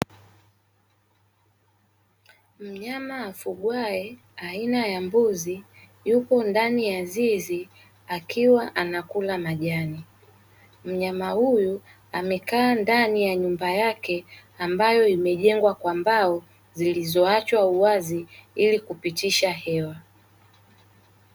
Mnyama afugwaye aina ya mbuzi yupo ndani ya zizi, akiwa anakula majani. Mnyama huyu amekaa ndani ya nyumba yake ambayo imejengwa kwa mbao zilizoachwa uwazi ili kupitisha hewa.